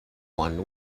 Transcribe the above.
one